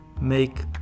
make